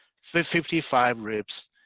fifty five rapes,